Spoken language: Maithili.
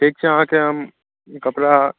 ठीक छै अहाँके हम कपड़ा